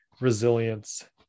resilience